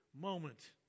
moment